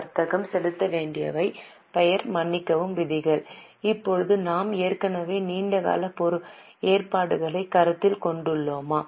வர்த்தகம் செலுத்த வேண்டியவை பெயர் மன்னிக்கவும் விதிகள் இப்போது நாம் ஏற்கனவே நீண்ட கால ஏற்பாடுகளை கருத்தில் கொண்டுள்ளோமா